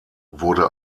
wurde